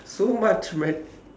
so much man